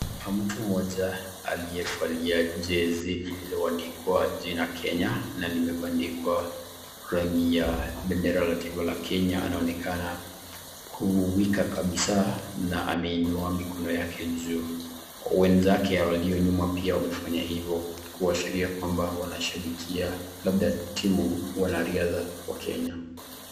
Kuna mtu mmoja aliyevalia jezi likiloandikwa jina Kenya na limebandikwa rangi ya bendara la taifa la Kenya. Anaonekana kuwika kabisaa na ameinua mikono yake juu. Wenzake walionyuma pia wamefanya hivo kuashiria kwamba wanashabikia labda timu wanariadha wa Kenya.